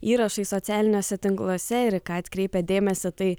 įrašai socialiniuose tinkluose ir į ką atkreipia dėmesį tai